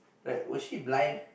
like was she blind